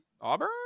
Auburn